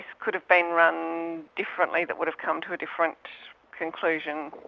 could've been run differently that would've come to a different conclusion.